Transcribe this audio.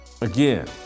Again